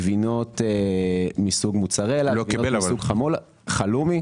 גבינות מסוג מוצרלה, גבינות מסוג חלומי.